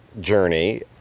journey